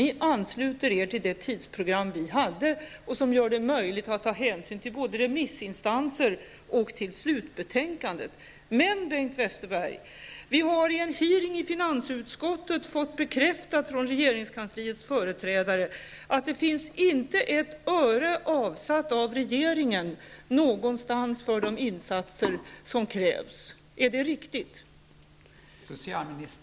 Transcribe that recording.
Ni har anslutit er till den tidsplan som vi hade och som gör det möjligt att ta hänsyn till både remissinstanser och slutbetänkandet. Men, Bengt Westerberg, under en utfrågning i finansutskottet bekräftade regeringskansliets företrädare att regeringen inte har avsatt ett enda öre för de insatser som krävs. Är detta riktigt?